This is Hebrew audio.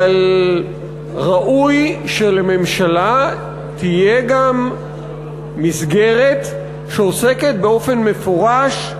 אבל ראוי שלממשלה תהיה גם מסגרת שעוסקת באופן מפורש,